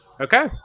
Okay